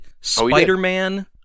Spider-Man